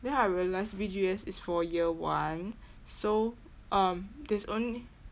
then I realised B_G_S is for year one so um there's only